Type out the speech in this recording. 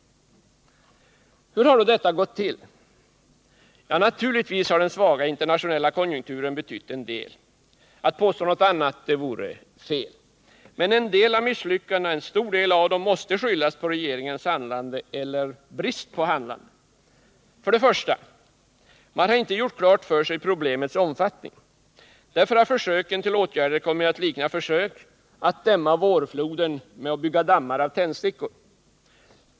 Hur har då detta gått till? Naturligtvis har den svaga internationella konjunkturen betytt en del, att påstå något annat vore fel. Men en stor del av misslyckandet måste skyllas på regeringens handlande eller brist på handlande. 1. Man har inte gjort klart för sig problemens omfattning. Därför har försöken till åtgärder kommit att likna försök att dämma vårfloden genom att bygga dammar med tändstickor.